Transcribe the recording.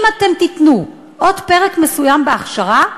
אם אתם תיתנו עוד פרק מסוים בהכשרה,